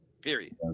Period